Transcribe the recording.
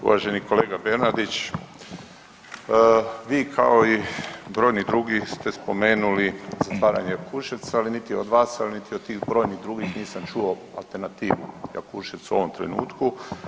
Uvaženi kolega Bernardić, vi kao i brojni drugi ste spomenuli zatvaranje Jakuševca, ali niti od vas, ali niti od tih brojnih drugih nisam čuo alternativu Jakuševcu u ovom trenutku.